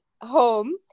home